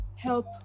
help